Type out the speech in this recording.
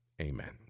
Amen